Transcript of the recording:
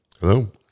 Hello